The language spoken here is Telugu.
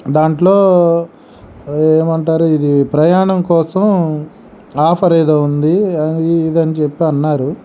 దాంట్లో ఏం అంటారు ఇది ప్రయాణం కోసం ఆఫర్ ఏదో ఉంది అది ఇది అని చెప్పి అన్నారు